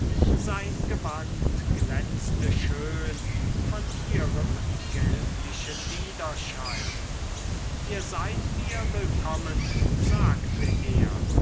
sein gewand glänzte schön von ihrem gelblichen widerschein ihr seid mir willkommen sagte er